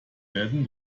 werden